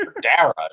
dara